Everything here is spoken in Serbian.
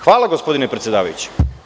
Hvala, gospodine predsedavajući.